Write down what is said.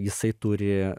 jisai turi